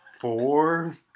four